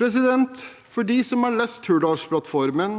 lesing. For dem som har lest den, er Hurdalsplattformen